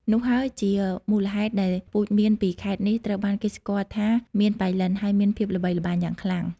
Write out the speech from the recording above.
នោះហើយជាមូលហេតុដែលពូជមៀនពីខេត្តនេះត្រូវបានគេស្គាល់ថា មៀនប៉ៃលិន ហើយមានភាពល្បីល្បាញយ៉ាងខ្លាំង។